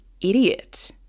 idiot